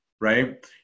right